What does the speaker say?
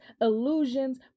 illusions